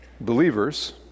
believers